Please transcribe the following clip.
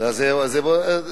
נמצא לא יקבל רשות דיבור.